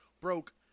broke